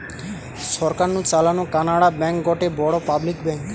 সরকার নু চালানো কানাড়া ব্যাঙ্ক গটে বড় পাবলিক ব্যাঙ্ক